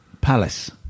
Palace